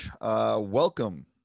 welcome